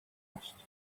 asked